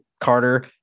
Carter